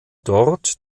dort